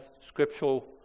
scriptural